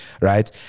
right